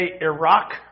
Iraq